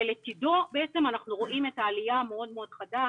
ולצדו אנחנו רואים את העלייה המאוד מאוד חדה